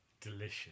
Delicious